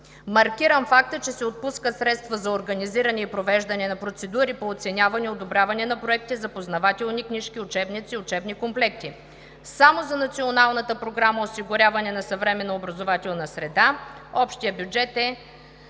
Маркирам факта, че се отпускат средства за организиране и провеждане на процедури по оценяване и одобряване на проекти за познавателни книжки, учебници и учебни комплекти. Само за Националната програма „Осигуряване на съвременна образователна среда“ общият бюджет по